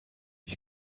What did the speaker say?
you